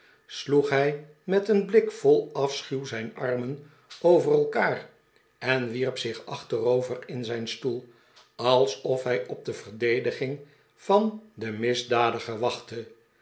sloeg hij met een blik vol afschuw zijn armen over elkaar en wierp zich achterover in zijn stoel alsof hij op de verdediging van den misdadiger wachtte